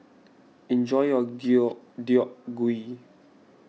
enjoy your Deodeok Gui